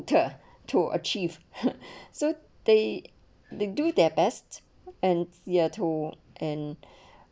~ta to achieve so they they do their best and ya to and